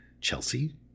Chelsea